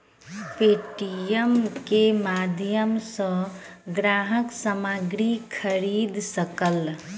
Paytm के माध्यम सॅ ग्राहक सामग्री खरीद सकल